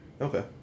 Okay